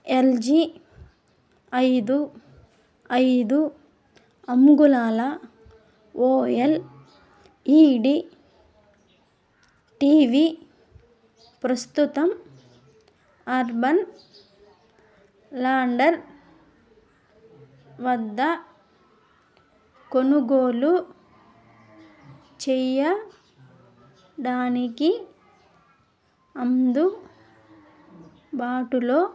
L G ఐదు ఐదు అంగుళాల O L E D T V ప్రస్తుతం అర్బన్ ల్యాడర్ వద్ద కొనుగోలు చెయ్యడానికి అందుబాటులో